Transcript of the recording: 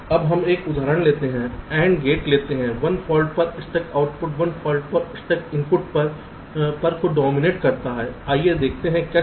अब हम एक उदाहरण लेते हैं AND गेट लेते हैं 1 फाल्ट पर स्टक आउटपुट 1 फाल्ट पर स्टक इनपुट पर को डोमिनेट करता हैं आइए देखते हैं कैसे